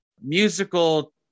musical